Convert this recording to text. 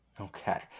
Okay